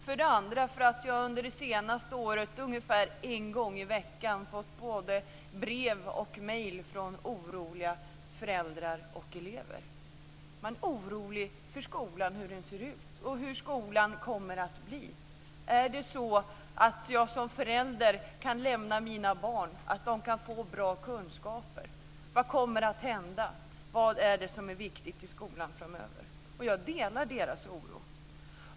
En annan anledning är att jag under det senaste året ungefär en gång i veckan fått både brev och mejl från oroliga föräldrar och elever. Man är orolig för skolan, för hur den ser ut och hur skolan kommer att bli. Är det så att jag som förälder kan lämna mina barn och att de kan få bra kunskaper? Vad kommer att hända? Vad är det som är viktigt i skolan framöver? Jag delar denna oro.